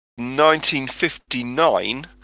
1959